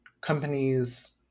companies